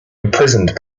imprisoned